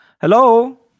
Hello